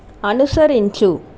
అనుసరించు